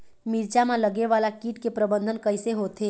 मिरचा मा लगे वाला कीट के प्रबंधन कइसे होथे?